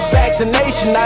vaccination